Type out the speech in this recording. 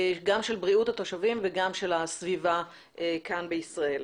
על בריאות התושבים ועל הסביבה כאן בישראל.